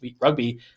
Rugby